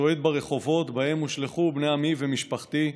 צועד ברחובות שבהם הושלכו בני עמי ומשפחתי,